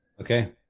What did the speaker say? Okay